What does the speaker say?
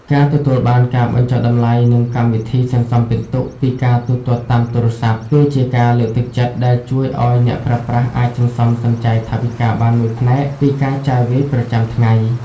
ការទទួលបានការបញ្ចុះតម្លៃ និងកម្មវិធីសន្សំពិន្ទុពីការទូទាត់តាមទូរស័ព្ទ គឺជាការលើកទឹកចិត្តដែលជួយឱ្យអ្នកប្រើប្រាស់អាចសន្សំសំចៃថវិកាបានមួយផ្នែកពីការចាយវាយប្រចាំថ្ងៃ។